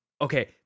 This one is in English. okay